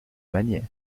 manière